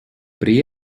при